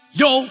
yo